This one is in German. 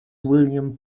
william